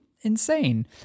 insane